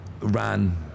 ran